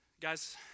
Guys